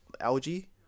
algae